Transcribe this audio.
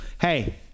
hey